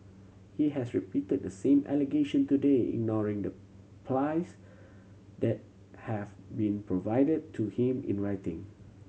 he has repeated the same allegation today ignoring the plies that have been provided to him in writing